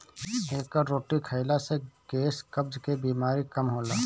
एकर रोटी खाईला से गैस, कब्ज के बेमारी कम होला